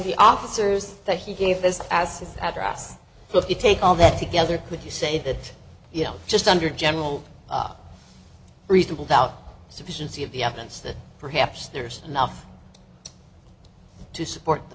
the officers that he gave this as his address so if you take all that together could you say that you know just under general reasonable doubt sufficiency of the evidence that perhaps there's enough to support the